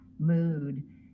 mood